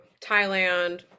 Thailand